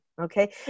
Okay